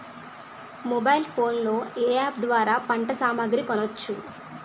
Mobile phone లో ఏ app ద్వారా పంట సామాగ్రి కొనచ్చు?